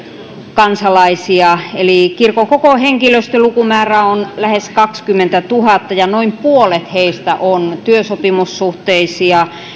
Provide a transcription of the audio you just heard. kansalaisia eli kirkon koko henkilöstön lukumäärä on lähes kaksikymmentätuhatta ja noin puolet heistä on työsopimussuhteisia